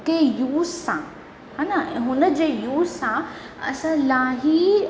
कि यूस सां हा न हुनजे यूस सां असां इलाही